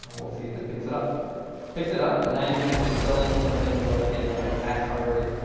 and we'll see if it picks it up picked it up and now you can actually fill in some things like the max heartrate.